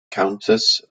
countess